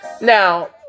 Now